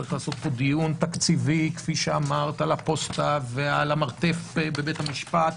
צריך לעשות פה דיון תקציבי על הפוסטה ועל המרתף בבית המשפט.